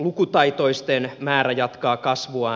lukutaitoisten määrä jatkaa kasvuaan